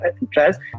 interest